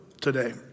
today